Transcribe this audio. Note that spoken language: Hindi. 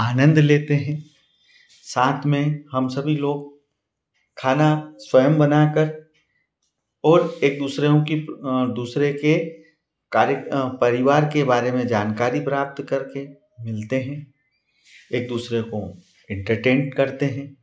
आनंद लेते हैं साथ में हम सभी लोग खाना स्वयं बना कर और एक दूसरों दूसरे के कार्य परिवार के बारे में जानकारी प्राप्त कर के मिलते हैं एक दूसरे को इंटरटेन करते हैं